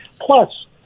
Plus